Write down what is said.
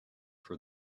for